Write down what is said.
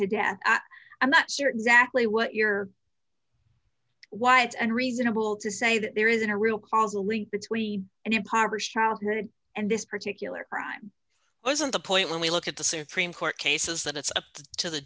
to death i'm not sure exactly what your wife and reasonable to say that there isn't a real causal link between an impoverished childhood and this particular crime wasn't the point when we look at the supreme court cases that it's up to the